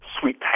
Sweet